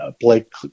Blake